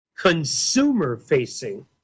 consumer-facing